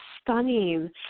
stunning